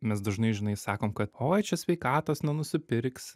mes dažnai žinai sakom kad oi čia sveikatos nenusipirksi